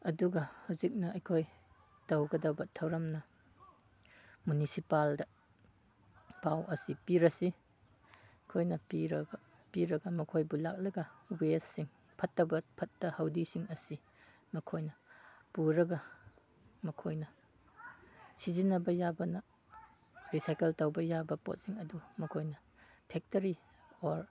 ꯑꯗꯨꯒ ꯍꯧꯖꯤꯛꯅ ꯑꯩꯈꯣꯏ ꯇꯧꯒꯗꯕ ꯊꯧꯔꯝꯅ ꯃꯤꯅꯨꯁꯤꯄꯥꯜꯗ ꯄꯥꯎ ꯑꯁꯤ ꯄꯤꯔꯁꯤ ꯑꯩꯈꯣꯏꯅ ꯄꯤꯔꯒ ꯃꯈꯣꯏꯕꯨ ꯂꯥꯛꯂꯒ ꯋꯦꯁꯁꯤꯡ ꯐꯠꯇꯕ ꯐꯠꯇ ꯍꯥꯎꯗꯤꯁꯤꯡ ꯑꯁꯤ ꯃꯈꯣꯏꯅ ꯄꯨꯔꯒ ꯃꯈꯣꯏꯅ ꯁꯤꯖꯤꯟꯅꯕ ꯌꯥꯕꯅ ꯔꯤꯁꯥꯏꯀꯜ ꯇꯧꯕ ꯌꯥꯕ ꯄꯣꯠꯁꯤꯡ ꯑꯗꯨ ꯃꯈꯣꯏꯅ ꯐꯦꯛꯇꯔꯤ ꯑꯣꯔ